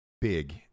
big